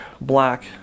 black